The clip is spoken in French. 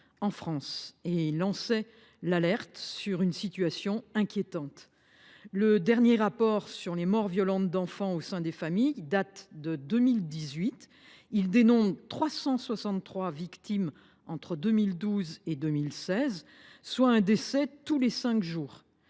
en France et alertait sur une situation inquiétante. Le dernier rapport sur les morts violentes d’enfants au sein des familles date de 2018. Il dénombrait 363 victimes entre 2012 et 2016, soit un décès tous les cinq jours.